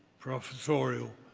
professorial,